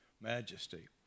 majesty